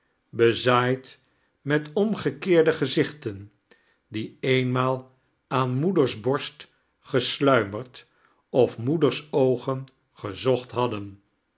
bezaaid met omgekeerde geziohten die eenmaal aan moeders borst gesluimerd of moeders oogen gezocht hadden